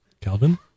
Calvin